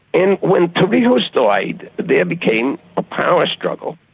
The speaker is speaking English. and when torrijos died, there became a power struggle,